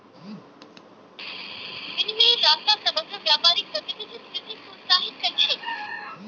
विनिमयेर रास्ता समग्र व्यापारिक गतिविधित वृद्धिक प्रोत्साहित कर छे